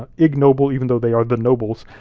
ah ignoble, even though they are the nobles,